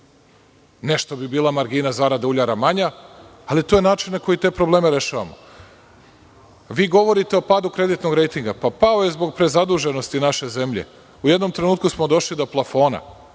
nešto bi margina zarada uljara bila manja, ali to je način na koji te probleme rešavamo. Vi govorite o padu kreditnog rejtinga, pao je zbog prezaduženosti naše zemlje, u jednom trenutku smo došli do plafona